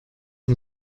dem